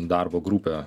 darbo grupė